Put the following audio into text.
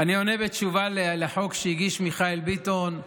אני עונה בתשובה על הצעת החוק שהגיש מיכאל ביטון,